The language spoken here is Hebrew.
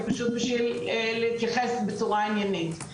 זה פשוט להתייחס בצורה עניינית.